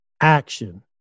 action